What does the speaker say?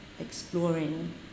exploring